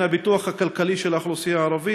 הפיתוח הכלכלי של האוכלוסייה הערבית,